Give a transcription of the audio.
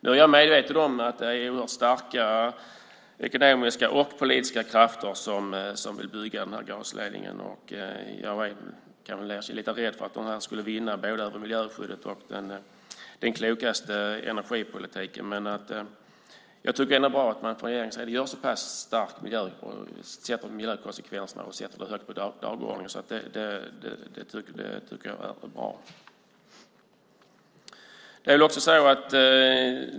Nu är jag medveten om att det är starka ekonomiska och politiska krafter som vill bygga gasledningen. Jag är lite rädd för att de ska vinna över både miljöskyddet och den klokaste energipolitiken. Jag tycker ändå att det är bra att man från regeringens sida gör en stark utredning av miljökonsekvenserna och sätter denna fråga högt på dagordningen. Det tycker jag är bra.